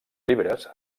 llibres